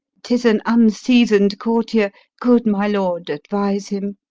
tis an unseason'd courtier good my lord, advise him.